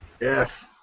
Yes